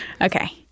Okay